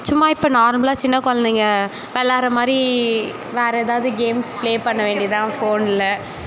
சும்மா இப்போ நார்மலாக சின்ன கொழந்தைங்க வெள்ளாடுற மாதிரி வேறு ஏதாது கேம்ஸ் ப்ளே பண்ண வேண்டியது தான் ஃபோனில்